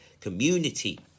community